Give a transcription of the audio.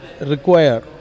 require